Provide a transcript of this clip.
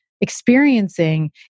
experiencing